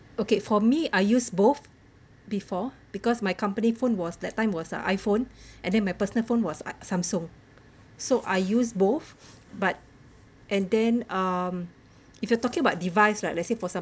okay for me I use both before because my company phone was that time was an iphone and then my personal phone was samsung so I use both but and then um if you are talking about device like let's say for some